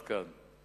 עד כאן.